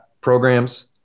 programs